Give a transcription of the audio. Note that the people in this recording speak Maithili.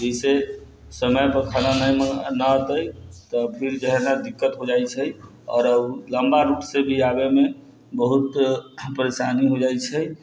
जैसे समयपर खाना नहि ने एतै तऽ फेर ज्यादा दिक्कत हो जाइ छै आओर लम्बा रूटसँ भी आबैमे बहुत परेशानी हो जाइ छै